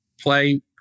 play